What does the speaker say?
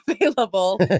available